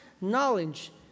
knowledge